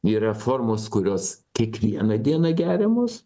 yra formos kurios kiekvieną dieną geriamos